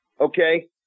okay